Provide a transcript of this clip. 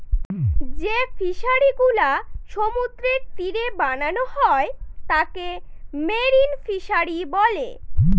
যে ফিশারিগুলা সমুদ্রের তীরে বানানো হয় তাকে মেরিন ফিশারী বলে